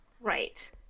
Right